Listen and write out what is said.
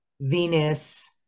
Venus